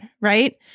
right